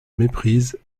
méprise